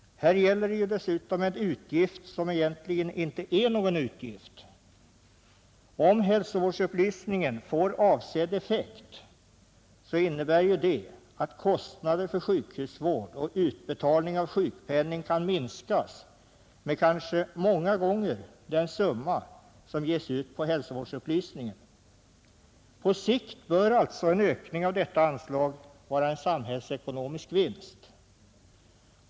Här gäller det dessutom en utgift som egentligen inte är någon utgift; om hälsovårdsupplysningen får avsedd effekt innebär det att kostnaden för sjukhusvård och utbetalningen av sjukpenning minskar med ett belopp som kanske många gånger överstiger den summa som ges ut på hälsovårdsupplysning. På sikt bör alltså en ökning av detta anslag vara en samhällsekonomisk vinst.